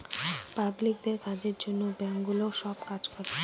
পাবলিকদের কাজের জন্য সব ব্যাঙ্কগুলো কাজ করে